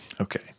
Okay